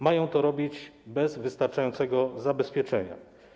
Mają to robić bez wystarczającego zabezpieczenia.